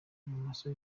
ibumoso